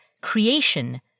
creation